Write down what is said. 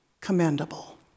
commendable